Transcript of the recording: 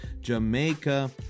Jamaica